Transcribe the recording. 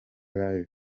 live